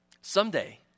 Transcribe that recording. someday